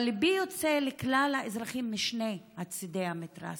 אבל ליבי יוצא אל כלל האזרחים משני צידי המתרס,